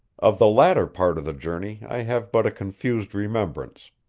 of the latter part of the journey i have but a confused remembrance.